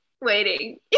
waiting